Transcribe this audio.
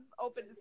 open